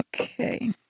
Okay